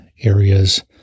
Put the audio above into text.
areas